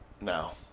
no